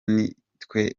nitwe